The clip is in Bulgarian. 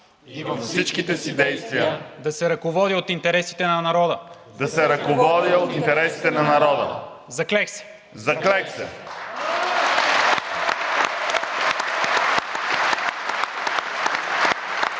и във всичките си действия да се ръководя от интересите на народа. Заклех се!“